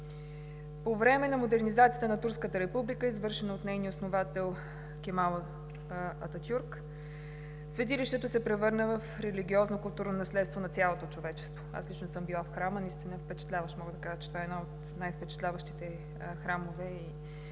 По време на модернизацията на турската република, извършена от нейния основател Кемал Ататюрк, светилището се превърна в религиозно културно наследство на цялото човечество. Аз лично съм била в храма, наистина е впечатляващ и мога да кажа, че това е един от най-впечатляващите храмове и